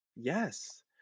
Yes